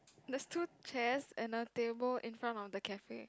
there's two chairs and a table in front of the cafe